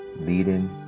leading